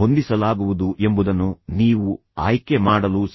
ಹೊಂದಿಸಲಾಗುವುದು ಎಂಬುದನ್ನು ನೀವು ಆಯ್ಕೆ ಮಾಡಲು ಸಾಧ್ಯವಿಲ್ಲ